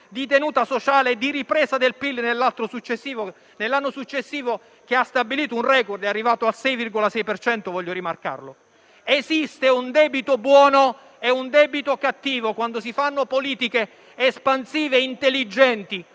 di tenuta sociale, di ripresa del PIL nell'anno successivo, che ha stabilito un *record*: è arrivato a 6,6 per cento, e voglio rimarcarlo. Esiste un debito buono come un debito cattivo. Quando si fanno politiche espansive intelligenti,